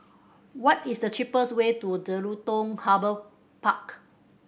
what is the cheapest way to Jelutung Harbour Park